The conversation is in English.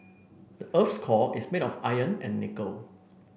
the earth's core is made of iron and nickel